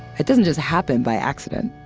it doesn't just happen by accident.